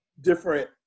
different